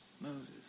Moses